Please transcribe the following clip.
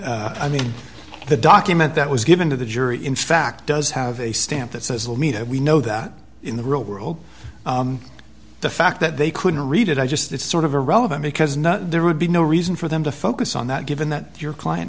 god i mean the document that was given to the jury in fact does have a stamp that says will mean that we know that in the real world the fact that they couldn't read it i just it's sort of irrelevant because now there would be no reason for them to focus on that given that your client